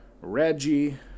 Reggie